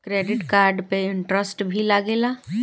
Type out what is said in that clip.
Credit card पे interest भी लागेला?